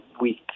week